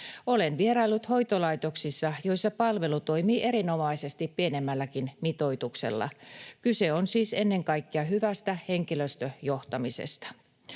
Olen vieraillut hoitolaitoksissa, joissa palvelu toimii erinomaisesti pienemmälläkin mitoituksella. Kyse on siis ennen kaikkea hyvästä henkilöstöjohtamisesta.